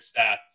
stats